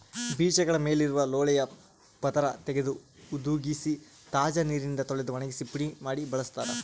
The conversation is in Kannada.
ಬೀಜಗಳ ಮೇಲಿರುವ ಲೋಳೆಯ ಪದರ ತೆಗೆದು ಹುದುಗಿಸಿ ತಾಜಾ ನೀರಿನಿಂದ ತೊಳೆದು ಒಣಗಿಸಿ ಪುಡಿ ಮಾಡಿ ಬಳಸ್ತಾರ